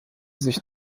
sich